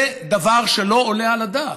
זה דבר שלא עולה על הדעת.